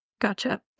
Gotcha